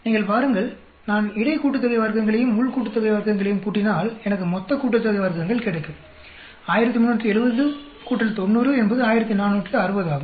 நீங்கள் பாருங்கள் நான் இடை கூட்டுத்தொகை வர்க்கங்களையும் உள் கூட்டுத்தொகை வர்க்கங்களையும் கூட்டினால் எனக்கு மொத்த கூட்டுத்தொகை வர்க்கங்கள் கிடைக்கும் 1370 90 என்பது 1460 ஆகும்